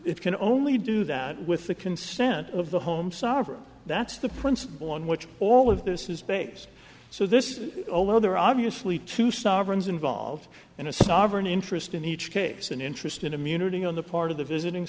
it can only do that with the consent of the home sarver that's the principle on which all of this is space so this is although there are obviously two sovereigns involved and a sovereign interest in each case an interest in immunity on the part of the visiting